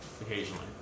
occasionally